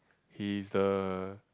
he is the